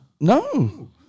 No